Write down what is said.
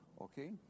okay